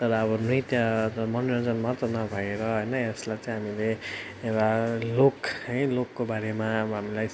तर अब नृत्य त मनोरञ्जनमात्र नभएर होइन यसलाई चाहिँ हामीले एउटा लोक है लोकको बारेमा है अब हामीलाई